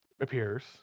appears